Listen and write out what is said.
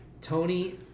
tony